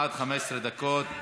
עד 15 דקות.